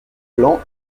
blanc